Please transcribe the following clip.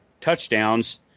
touchdowns